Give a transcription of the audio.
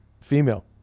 female